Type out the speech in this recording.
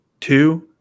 Two